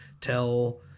tell